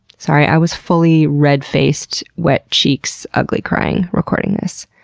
sorry, i was fully red-faced, wet checks, ugly-crying recording this.